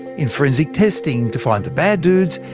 in forensic testing to find the bad dudes,